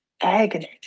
agony